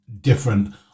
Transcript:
different